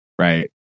Right